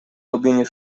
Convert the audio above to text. robienie